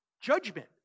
Judgment